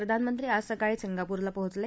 प्रधानमंत्री आज सकाळी सिंगापूरला पोचले